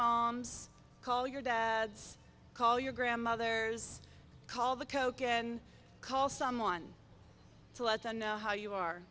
mom call your dads call your grandmothers call the coke and call someone to let them know how you are